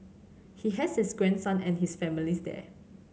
he has his grandson and his families there